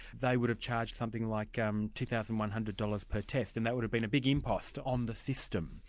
they would have charged something like um two thousand one hundred dollars per test, and that would have been a big impost on the system.